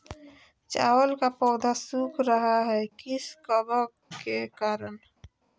चावल का पौधा सुख रहा है किस कबक के करण?